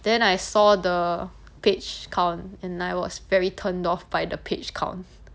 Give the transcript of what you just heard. then I saw the page count and I was very turned off by the page count